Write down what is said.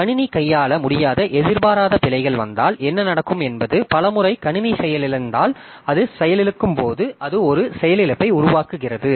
கணினி கையாள முடியாத எதிர்பாராத பிழைகள் வந்தால் என்ன நடக்கும் என்பது பல முறை கணினி செயலிழந்தால் அது செயலிழக்கும்போது அது ஒரு செயலிழப்பை உருவாக்குகிறது